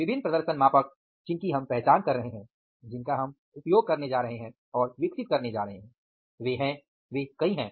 विभिन्न प्रदर्शन मापक जिनकी हम पहचान कर रहे हैं जिनका हम उपयोग करने जा रहे हैं और विकसित करने जा रहे हैं वे हैं कई हैं